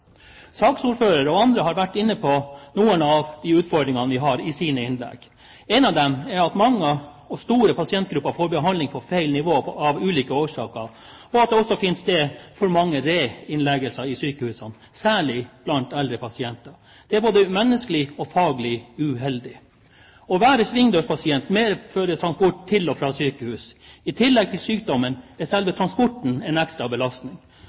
og andre har i sine innlegg vært inne på noen av de utfordringene vi har. En av dem er at mange og store pasientgrupper får behandling på feil nivå av ulike årsaker, og at det også finner sted for mange reinnleggelser i sykehusene, særlig blant eldre pasienter. Dette er både menneskelig og faglig uheldig. Å være svingdørspasient medfører transport til og fra sykehus. I tillegg til sykdommen er selve transporten en ekstra belastning.